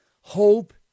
hope